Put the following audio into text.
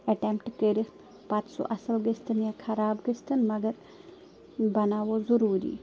attempt کٔرِتھ پَتہٕ سُہ اَصٕل گٔژھۍتَن یا خراب گٔژھۍ تَن مگر بَناوو ضٔروٗری